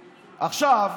עכשיו,